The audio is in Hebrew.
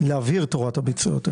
--- להבהיר את הוראת הביצוע יותר נכון.